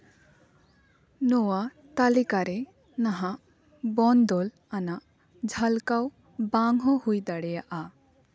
ᱱᱚᱣᱟ ᱛᱟᱹᱞᱤᱠᱟᱨᱮ ᱱᱟᱦᱟᱜ ᱵᱚᱱᱚᱫᱚᱞ ᱟᱱᱟᱜ ᱡᱷᱟᱞᱠᱟᱣ ᱵᱟᱝᱦᱚᱸ ᱦᱩᱭ ᱫᱟᱲᱮᱭᱟᱜᱼᱟ